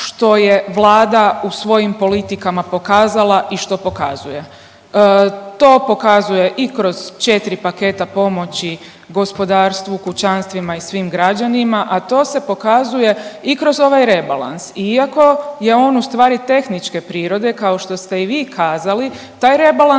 što je Vlada u svojim politikama pokazala i što pokazuje. To pokazuje i kroz četri paketa pomoći gospodarstvu, kućanstvima i svim građanima, a to se pokazuje i kroz ovaj rebalans. Iako je on ustvari tehničke prirode kao što ste i vi kazali, taj rebalans